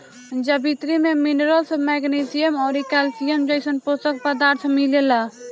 जावित्री में minerals, magnesium अउरी कैल्शियम जइसन पोषक पदार्थ मिलेला